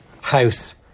house